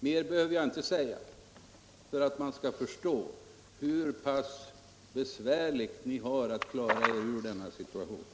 Mer behöver jag inte säga för att man skall förstå hur pass besvärligt ni har att klara er ur denna situation.